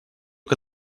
que